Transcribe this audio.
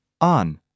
on